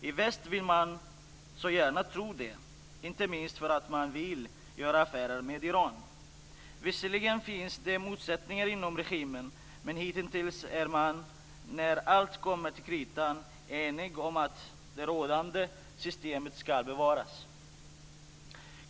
I väst vill man så gärna tro det, inte minst därför att man vill göra affärer med Iran. Visserligen finns det motsättningar inom regimen, men hittills är de när det kommer till kritan eniga om att det rådande systemet skall bevaras.